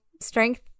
strength